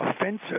offensive